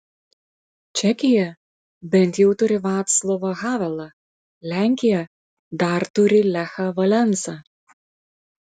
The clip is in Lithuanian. čekija bent jau turi vaclovą havelą lenkija dar turi lechą valensą